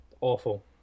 awful